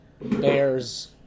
bears